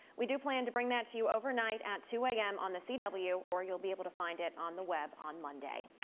we plan to bring that to you overnight at two a m on the c w or you'll be able to find it on the web on monday.